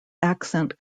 accent